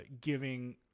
giving